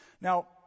Now